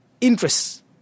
interests